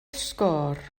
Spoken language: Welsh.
sgôr